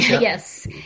Yes